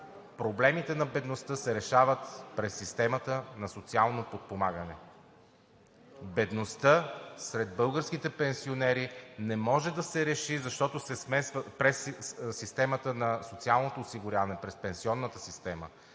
проблемите на бедността се решават през системата на социално подпомагане. Бедността сред българските пенсионери не може да се реши, защото се смесват през системата на социалното осигуряване, през пенсионната система,